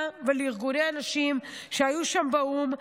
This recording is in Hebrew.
לה ולארגוני הנשים שהיו שם באו"ם,